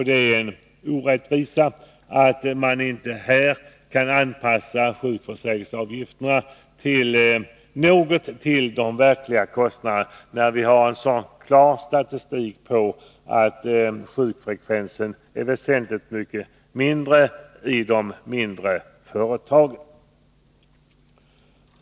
Det är en orättvisa att man inte här kan anpassa sjukförsäkringsavgifterna något till de verkliga kostnaderna, när vi har en så klar statistik på att sjukfrekvensen är väsentligt lägre i de mindre företagen.